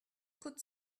could